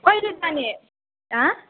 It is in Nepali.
कहिले जाने हँ